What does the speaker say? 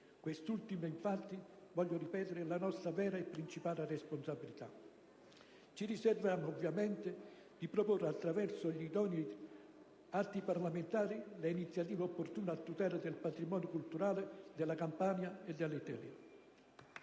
Questa, infatti, voglio ripeterlo, è la nostra vera e principale responsabilità. Ci riserviamo ovviamente di proporre attraverso gli idonei atti parlamentari le iniziative opportune a tutela del patrimonio culturale della Campania e dell'Italia.